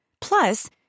Plus